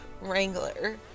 wrangler